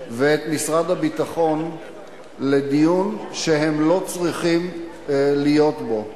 ואת משרד הביטחון לדיון שהם לא צריכים להיות בו,